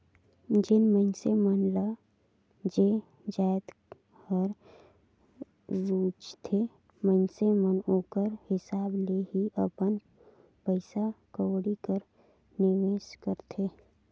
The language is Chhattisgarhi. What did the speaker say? जेन मइनसे मन ल जे जाएत हर रूचथे मइनसे मन ओकर हिसाब ले ही अपन पइसा कउड़ी कर निवेस करथे